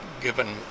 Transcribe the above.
given